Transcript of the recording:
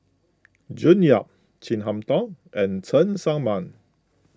June Yap Chin Harn Tong and Cheng Tsang Man